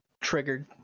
triggered